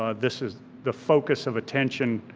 ah this is the focus of attention,